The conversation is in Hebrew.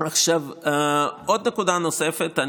עוד נקודה נוספת.